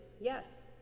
Yes